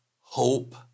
hope